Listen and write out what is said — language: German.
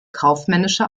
kaufmännische